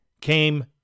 came